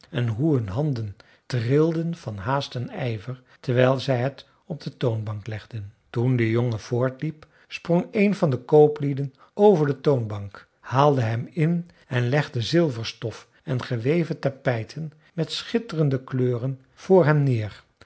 en hoe hun handen trilden van haast en ijver terwijl zij het op de toonbank legden toen de jongen voortliep sprong een van de kooplieden over de toonbank haalde hem in en legde zilverstof en geweven tapijten met schitterende kleuren voor hem neer